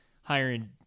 hiring